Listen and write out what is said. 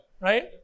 right